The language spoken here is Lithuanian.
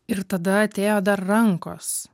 ir tada atėjo dar rankos